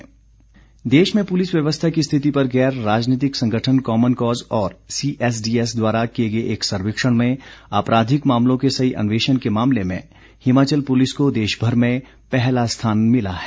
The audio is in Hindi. पुलिस रिपोर्ट देश में पुलिस व्यवस्था की स्थिति पर गैर राजनीतिक संगठन कॉमन कॉज़ और सीएसडीएस द्वारा किए गए एक सर्वेक्षण में आपराधिक मामलों के सही अन्वेषण के मामले में हिमाचल पुलिस को देशभर में पहला स्थान मिला है